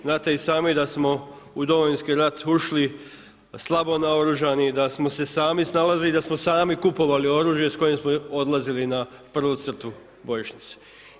Znate i sami da smo u Domovinski rat ušli slabo naoružani, da smo se sami snalazili i da smo sami kupovali oružje s kojim smo odlazili na prvu crtu bojišnice.